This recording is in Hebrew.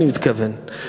אני מתכוון למענקי האיזון.